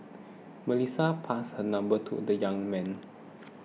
Melissa passed her number to the young man